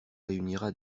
réunira